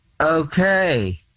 Okay